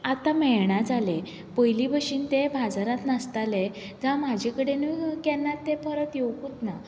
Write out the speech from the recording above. आतां मेळना जाले पयलीं भशेन ते बाजारांत नासताले जावं म्हजे कडेनूय केन्ना ते परत येवकूंत ना